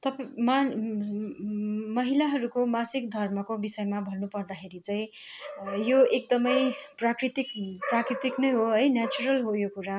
तपाईँ मान महिलाहरूको मासिक धर्मको विषयमा भन्नुपर्दाखेरि चाहिँ यो एकदमै प्राकृतिक प्राकृतिक नै हो है नेचरल हो यो कुरा